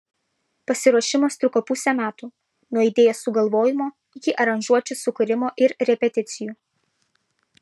pasiruošimas truko pusę metų nuo idėjos sugalvojimo iki aranžuočių sukūrimo ir repeticijų